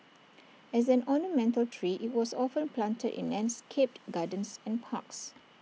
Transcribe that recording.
as an ornamental tree IT was often planted in landscaped gardens and parks